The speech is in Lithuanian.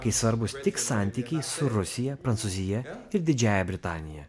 kai svarbūs tik santykiai su rusija prancūzija ir didžiąja britanija